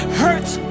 hurts